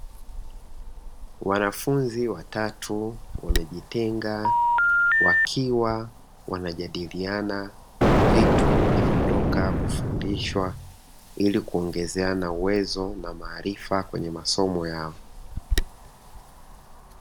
Wanafunzi watatu wamejitenga, wakiwa wanajadiliana vitu walivyo toka kufundishwa, ili kuongezeana uwezo na maarifa kwenye masomo yao.